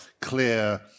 clear